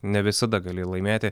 ne visada gali laimėti